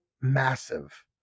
massive